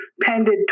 pended